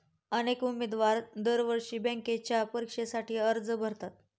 अनेक उमेदवार दरवर्षी बँकेच्या परीक्षेसाठी अर्ज भरतात